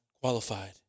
qualified